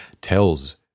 tells